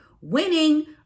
winning